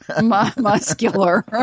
muscular